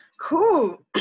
Cool